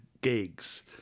gigs